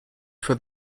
for